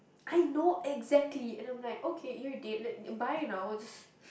I know exactly and then I'm like okay you're dead let bye now I'm just